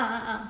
ah ah ah